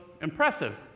impressive